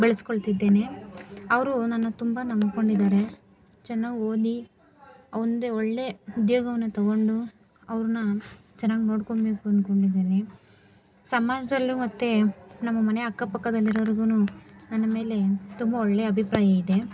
ಬೆಳೆಸ್ಕೊಳ್ತಿದ್ದೇನೆ ಅವರು ನನ್ನ ತುಂಬ ನಂಬಿಕೊಂಡಿದ್ದಾರೆ ಚೆನ್ನಾಗಿ ಓದಲಿ ಆ ಮುಂದೆ ಒಳ್ಳೆಯ ಉದ್ಯೋಗವನ್ನು ತೊಗೊಂಡು ಅವರನ್ನ ಚೆನ್ನಾಗಿ ನೋಡ್ಕೋಬೇಕು ಅಂದ್ಕೊಂಡಿದ್ದೀನಿ ಸಮಾಜ್ದಲ್ಲು ಮತ್ತು ನಮ್ಮ ಮನೆಯ ಅಕ್ಕಪಕ್ಕದಲ್ಲಿರುವವರ್ಗೂ ನನ್ನ ಮೇಲೆ ತುಂಬ ಒಳ್ಳೆಯ ಅಭಿಪ್ರಾಯ ಇದೆ